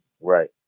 Right